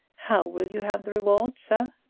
how will you have the reward, sir?